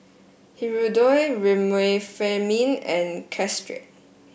Hirudoid Remifemin and Caltrate